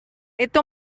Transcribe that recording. itu